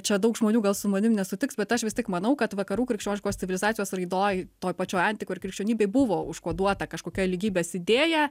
čia daug žmonių gal su manim nesutiks bet aš vis tik manau kad vakarų krikščioniškos civilizacijos raidoj toj pačioj antikoj ir krikščionybėj buvo užkoduota kažkokia lygybės idėja